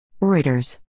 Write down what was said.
Reuters